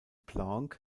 blanc